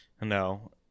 No